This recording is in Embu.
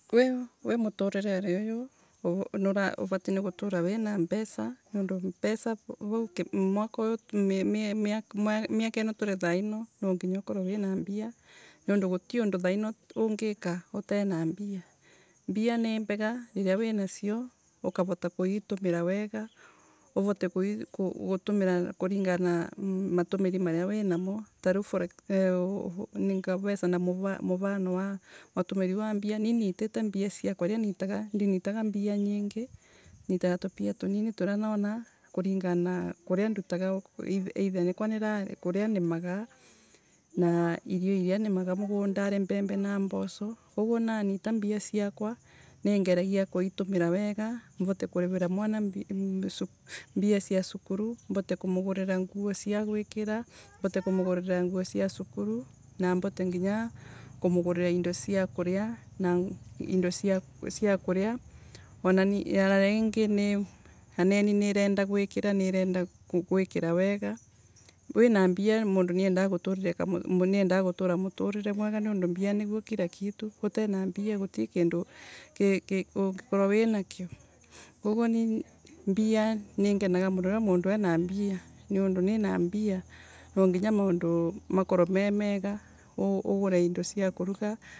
Wi mutarireri uyu ni niura uratiririe gutura wi na mbesa niundu mbesa vau mwata uu miaka miaka ino tori thaino nwanginya ukorwe wi na mbia niundu guti undu thaino ungika utai na mbia. mbia nimbega riria winasio ukavota kuitumira wega. uvote kui gutumira kuringana matumiri maria wi naro. tariu tore eeh ngavesana mufano wa matumiri ma mbia ni nyitite mbia siakwa riria nyita dinyitaga mbia nyiingi. nyitaga tapia tonini toria nona kuringana na kuria nduta either niko nirari kuria nimaga na irio iria nimaga mugundari mbembe na mboso koguo nanyita mbia siakwa ringeragia kuitumira wega note kuririta mwana mbia sia sukulu. mbote kumugurira nguo sia guikira mbote kumugurira nguo sia sukulu na vote nginya kumugurira indo sia kuria no indo sia kuria. wana ringi anani nirenda guikira nirenda guikira wega. wina mbia mundu riendaga guturire niendaga gutura muturire mwega niundu mbia niguo kira kitu. gitena mbia guti kindu ki ungikorwa utenakio. koguo mbia ningenaga muno mundu ena mbia niundu nina mbia nwanginya maundu makorwe me mega. ugure indo sia kuruga.